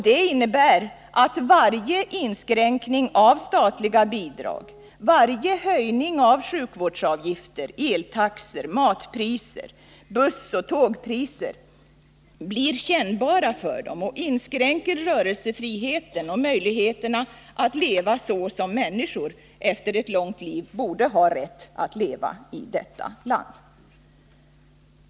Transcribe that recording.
Det innebär att varje inskränkning av statliga bidrag, varje höjning av sjukvårdsavgifter, eltaxor, matpriser och busseller tågpriser blir kännbara för dem och inskränker rörelsefriheten och möjligheterna att leva så som människor efter ett långt liv borde ha rätt att leva i detta land.